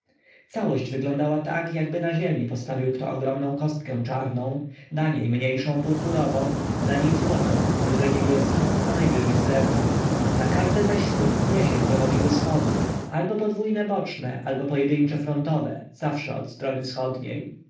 całość wyglądała tak jakby na ziemi postawił kto ogromną kostkę czarną na niej mniejszą purpurową na niej złotą wyżej niebieską a najwyżej srebrną na każde zaś z tych wzniesień prowadziły schody albo podwójne boczne albo pojedyńcze frontowe zawsze od strony wschodniej